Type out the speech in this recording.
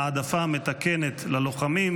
העדפה מתקנת ללוחמים),